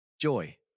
joy